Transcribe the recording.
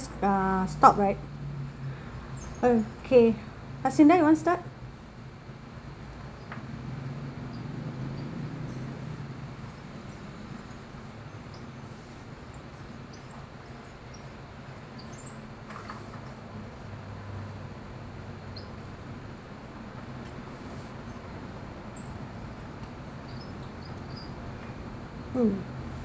uh stop right okay you want start mm